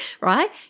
right